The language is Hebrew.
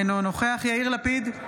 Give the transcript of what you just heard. אינו נוכח יאיר לפיד,